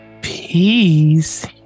Peace